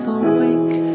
awake